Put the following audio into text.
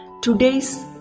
today's